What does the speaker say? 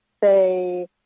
say